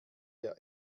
der